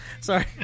sorry